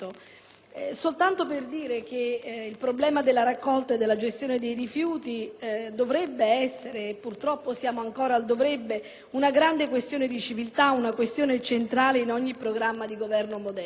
ARMATO *(PD)*. Il problema della raccolta e della gestione dei rifiuti dovrebbe essere - e purtroppo siamo ancora al «dovrebbe» - una grande questione di civiltà, una questione centrale in ogni programma di Governo moderno.